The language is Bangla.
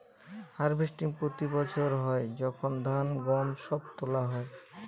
হার্ভেস্টিং প্রতি বছর হয় যখন ধান, গম সব তোলা হয়